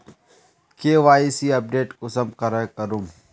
KYC update कुंसम करे करूम?